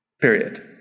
Period